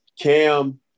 Cam